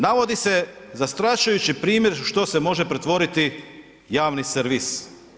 Navodi se zastrašujući primjer u što se može pretvoriti javni servis.